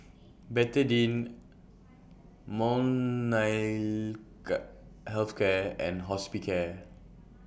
Betadine Health Care and Hospicare